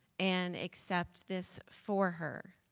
an accept this for her.